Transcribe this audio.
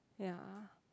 ya